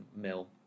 mill